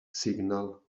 signal